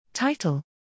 Title